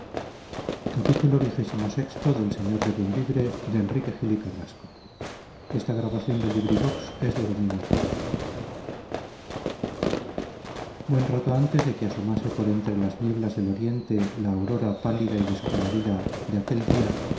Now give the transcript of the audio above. buen rato antes de que asomase por entre las nieblas del oriente la aurora pálida y descolorida de aquel día